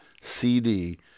CD